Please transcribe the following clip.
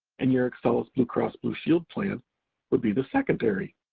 and your excellus blue cross blue shield plan would be the secondary,